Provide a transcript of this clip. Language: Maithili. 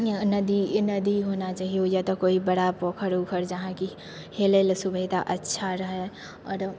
नदी नदी होना चाही या तऽ कोइ बड़ा पोखर उखर जहाँकि हेलैलए सुविधा अच्छा रहए आओर